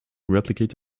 replicate